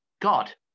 God